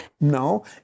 No